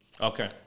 Okay